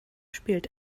spielt